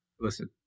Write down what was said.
Listen